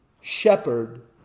shepherd